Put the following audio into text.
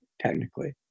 technically